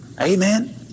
Amen